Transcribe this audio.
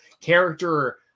character